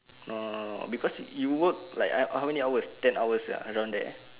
no no no no because you work like eh how many hours ten hours ah around there